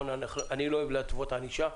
אני לא אוהב להתוות ענישה,